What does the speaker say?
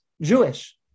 jewish